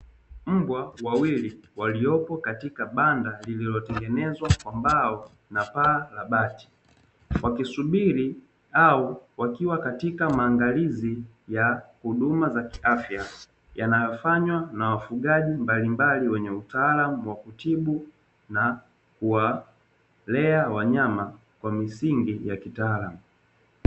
Mbwa wawili waliopo katika banda lililotengenezwa kwa mbao na paa la bati, wakisubiri au wakiwa katika maangalizi ya huduma za kiafya yanayofanywa na wafugaji mbalimbali wenye utaalamu wa kutibu na kuwalea wanyama kwa misingi ya kitaalamu.